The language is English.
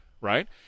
right